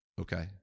okay